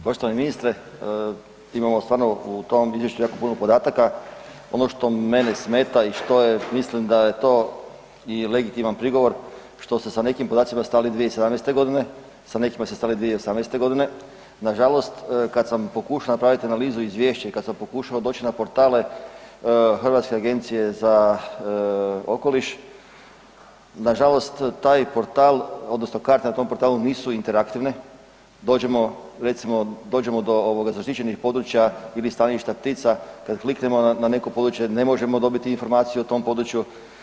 Poštovani ministre, imamo stvarno u tom izvješću jako puno podataka, ono što mene smeta i što je mislim da je to i legitiman prigovor, što ste sa nekim podacima stali 2017. g., sa nekima ste stali 2018., nažalost, kad sam pokušao napraviti analizu izvješća i kad sam pokušao doći na portale Hrvatske agencije za okoliš, nažalost taj portal odnosno karte na tom portalu nisu interaktivne, dođemo recimo, dođemo do zaštićenih područja ili staništa ptica, onda fliknemo na neko područje gdje ne možemo dobit informaciju o tom području.